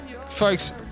folks